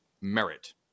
merit